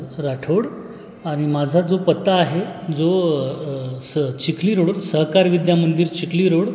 राठोड आणि माझा जो पत्ता आहे जो स चिखली रोडवर सहकार विद्यामंदिर चिखली रोड